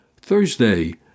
Thursday